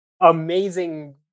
amazing